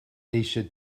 eisiau